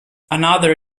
another